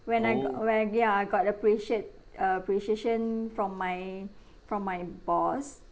when I got when ya I got appreciate uh appreciation from my from my boss